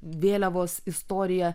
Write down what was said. vėliavos istorija